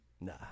Nah